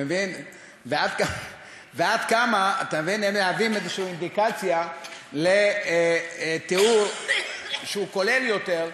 ועד כמה ועד כמה הם מהווים איזו אינדיקציה לתיאור שהוא כולל יותר.